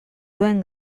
duen